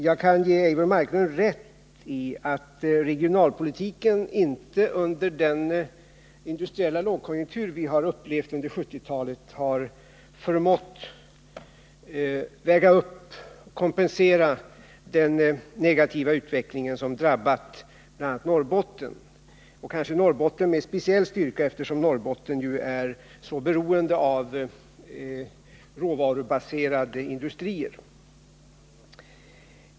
Jag kan ge Eivor Marklund rätt i att regionalpolitiken under den industriella lågkonjunktur vi har upplevt under 1970-talet inte har förmått kompensera den negativa utveckling som drabbat bl.a. Norrbotten — och kanske drabbat det länet med speciell styrka, eftersom det är så beroende av råvarubaserade industrier.